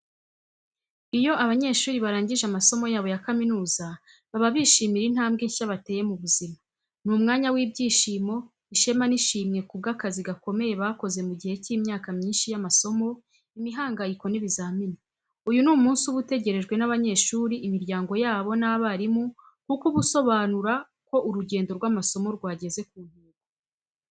Iyo abanyeshuri barangije amasomo yabo ya kaminuza, baba bishimira intambwe nshya bateye mu buzima. Ni umwanya w’ibyishimo, ishema n’ishimwe ku bw’akazi gakomeye bakoze mu gihe cy’imyaka myinshi y’amasomo, imihangayiko, n’ibizamini. Uyu ni umunsi uba utegerejwe n’abanyeshuri, imiryango yabo, n’abarimu, kuko uba usobanura ko urugendo rw’amasomo rwageze ku ntego.